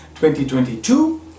2022